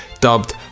dubbed